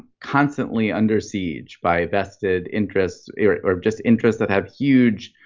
constantly under siege by vested interest or just interest that have huge